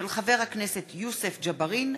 מאת חברי הכנסת יוסף ג'בארין,